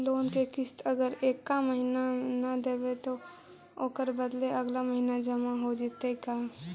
Loan के किस्त अगर एका महिना न देबै त ओकर बदले अगला महिना जमा हो जितै का?